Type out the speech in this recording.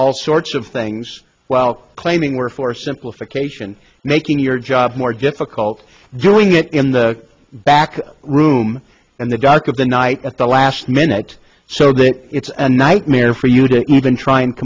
all sorts of things while claiming we're for simplification making your job more difficult doing it in the back room in the dark of the night at the last minute so that it's a nightmare for you to even try and